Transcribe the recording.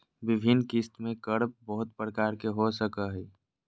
विभिन्न किस्त में कर बहुत प्रकार के हो सको हइ